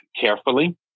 carefully